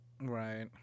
Right